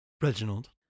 Reginald